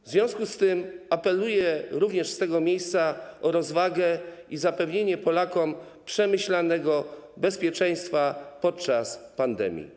W związku z tym apeluję również z tego miejsca o rozwagę i zapewnienie Polakom przemyślanego bezpieczeństwa podczas pandemii.